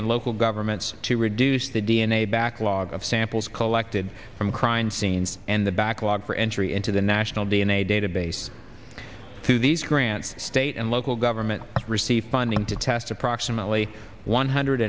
and local governments to reduce the d n a backlog of samples collected from crime scenes and the backlog for entry into the national d n a database through these grants state and local government received funding to test approximately one hundred